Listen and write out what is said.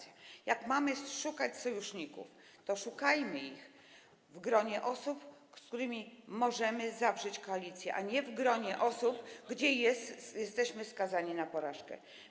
Jak mamy szukać sojuszników, to szukajmy ich w gronie osób, z którymi możemy zawrzeć koalicję, a nie w gronie osób, gdzie jesteśmy skazani na porażkę.